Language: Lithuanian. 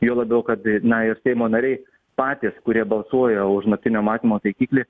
juo labiau kad na ir seimo nariai patys kurie balsuoja už naktinio matymo taikiklį